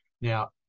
Now